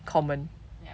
common